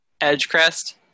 Edgecrest